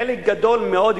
חלק גדול מאוד,